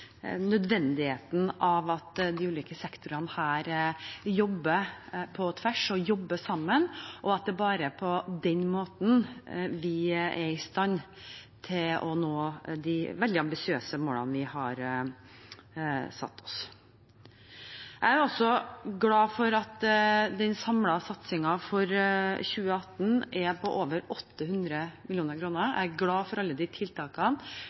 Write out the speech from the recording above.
nødvendigheten av at de ulike sektorene her jobber på tvers og jobber sammen, og at det bare er på den måten vi er i stand til å nå de veldig ambisiøse målene vi har satt oss. Jeg er også glad for at den samlede satsingen for 2018 er på over 800 mill. kr. Jeg er glad for alle tiltakene